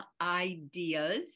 ideas